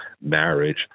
marriage